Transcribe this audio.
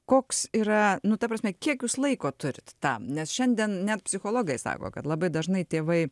koks yra nu ta prasme kiek jūs laiko turit tam nes šiandien net psichologai sako kad labai dažnai tėvai